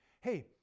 hey